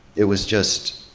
it was just,